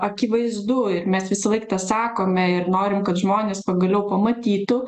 akivaizdu ir mes visą laik tą sakome ir norim kad žmonės pagaliau pamatytų